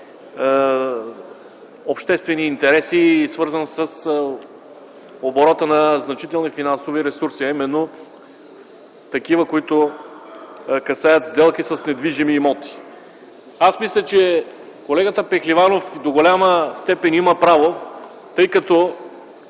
обществени интереси и е свързан с оборота на значителни финансови ресурси, а именно такива, които касаят сделки с недвижими имоти. Аз мисля, че колегата Пехливанов до голяма степен има право, тъй като,